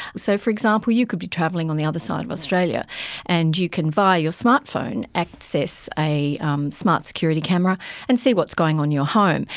so, for example, you could be travelling on the other side of australia and you can, via your smart phone, access a um smart security camera and see what's going on in your home,